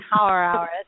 hour